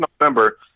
November